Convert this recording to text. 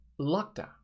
lockdown